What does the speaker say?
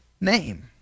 name